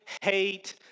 hate